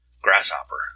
grasshopper